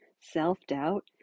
self-doubt